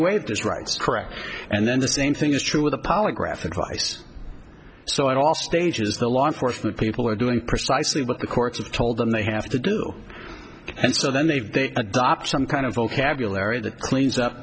his rights correct and then the same thing is true with a polygraph advice so i all stages the law enforcement people are doing precisely what the courts have told them they have to do and so then they adopt some kind of vocabulary that cleans up